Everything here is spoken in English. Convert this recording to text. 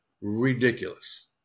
ridiculous